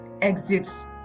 exits